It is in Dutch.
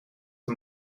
een